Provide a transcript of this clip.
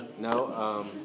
No